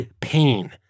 pain